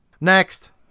Next